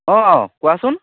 অঁ কোৱাচোন